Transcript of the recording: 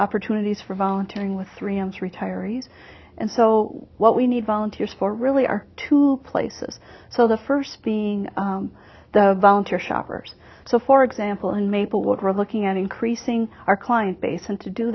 opportunities for volunteering with three ems retirees and so what we need volunteers for really are two places so the first being the volunteer shoppers so for example in maplewood were looking at increasing our client base and to do